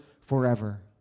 forever